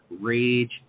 rage